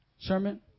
Sherman